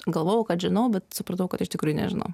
galvojau kad žinau bet supratau kad iš tikrųjų nežinau